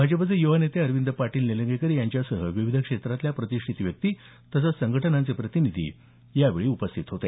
भाजपचे युवा नेते अरविंद पाटील निलंगेकर यांच्यासह विविध क्षेत्रातल्या प्रतिष्ठित व्यक्ती तसंच संघटनांचे प्रतिनिधी यावेळी उपस्थित होते